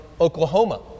Oklahoma